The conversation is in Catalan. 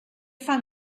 fan